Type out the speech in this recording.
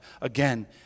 again